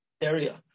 area